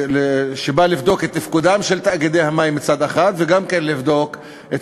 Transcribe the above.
שבא לבדוק את תפקודם של תאגידי המים מצד אחד וגם לבדוק את